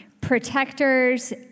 protectors